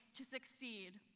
to succeed.